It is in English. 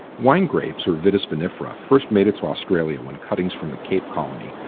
wine grapes, or vitis vinifera, first made it to australia when cuttings from the cape colony,